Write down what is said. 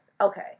okay